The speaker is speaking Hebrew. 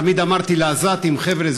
תמיד אמרתי לעזתים: חבר'ה,